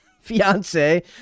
fiance